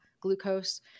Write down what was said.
glucose